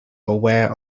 aware